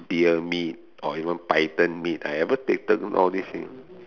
deer meat or even python meat I ever taken all these thing